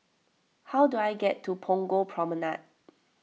how do I get to Punggol Promenade